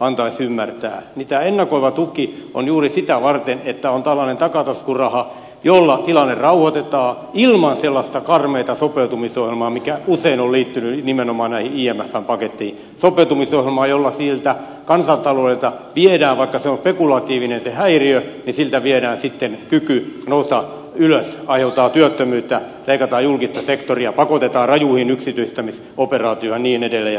antaisi ymmärtää niin tämä ennakoiva tuki on juuri sitä varten että on tällainen takataskuraha jolla tilanne rauhoitetaan ilman sellaista karmeata sopeutumisohjelmaa mikä usein on liittynyt nimenomaan imfn pakettiin sopeutumisohjelmaa jolla siltä kansantaloudelta viedään vaikka se häiriö on spekulatiivinen kyky nousta ylös aiheutetaan työttömyyttä leikataan julkista sektoria pakotetaan rajuihin yksityistämisoperaatioihin ja niin edelleen